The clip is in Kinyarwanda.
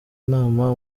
nama